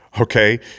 Okay